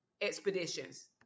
Expeditions